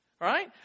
right